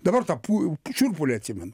dabar tą pui šiurpulį atsimenu